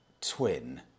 Twin